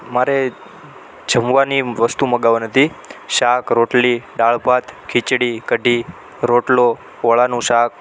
મારે જમવાની વસ્તુ મંગાવાની હતી શાક રોટલી દાળ ભાત ખીચડી કઢી રોટલો ઓળાનું શાક